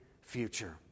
future